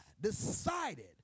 decided